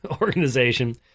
organization